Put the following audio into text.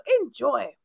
enjoy